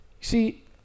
See